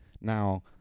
now